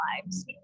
lives